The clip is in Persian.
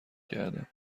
کردم